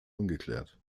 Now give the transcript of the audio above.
ungeklärt